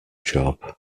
job